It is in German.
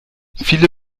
viele